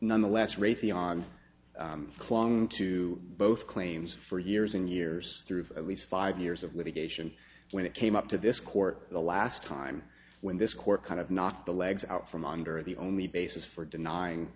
nonetheless raytheon clung to both claims for years and years through at least five years of litigation when it came up to this court the last time when this court kind of knocked the legs out from under the only basis for denying